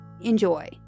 Enjoy